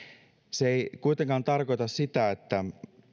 se ei kuitenkaan tarkoita sitä että